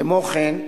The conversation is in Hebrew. כמו כן,